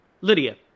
Lydia